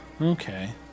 okay